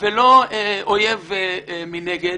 ולא אויב מנגד.